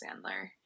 Sandler